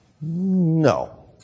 No